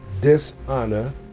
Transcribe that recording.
dishonor